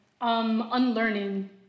unlearning